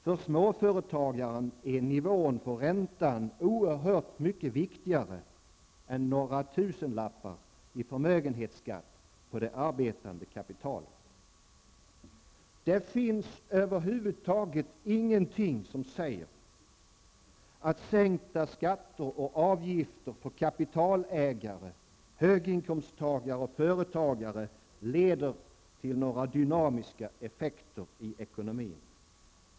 För småföretagaren är nivån på räntan oerhört mycket viktigare än några tusenlappar i förmögenhetsskatt på det arbetande kapitalet. Det finns över huvud taget ingenting som säger, att sänkta skatter och avgifter för kapitalägare, höginkomsttagare och företagare leder till några dynamiska effekter i ekonomin.